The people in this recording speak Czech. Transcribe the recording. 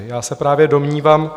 Já se právě domnívám...